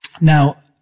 Now